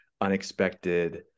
unexpected